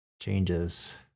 changes